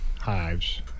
hives